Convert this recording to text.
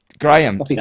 graham